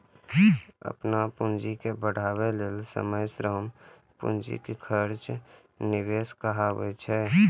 अपन पूंजी के बढ़ाबै लेल समय, श्रम, पूंजीक खर्च निवेश कहाबै छै